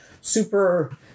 super